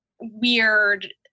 weird